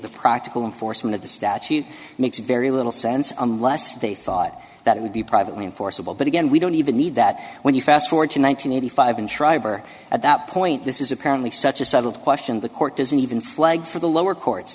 the practical enforcement of the statute makes very little sense unless they thought that it would be privately enforceable but again we don't even need that when you fast forward to one thousand nine hundred five in schreiber at that point this is apparently such a settled question the court doesn't even flag for the lower court